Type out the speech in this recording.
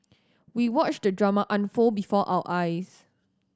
we watched the drama unfold before our eyes